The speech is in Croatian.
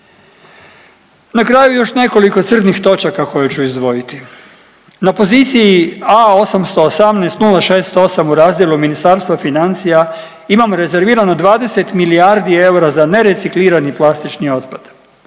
Na kraju još nekoliko crnih točaka koje ću izdvojiti. Na poziciji A818068 u razdjelu Ministarstva financija imam rezervirano 20 milijardi eura za nereciklirani plastični otpad.